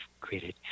created